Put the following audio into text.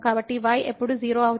కాబట్టి y ఎప్పుడు 0 అవుతుంది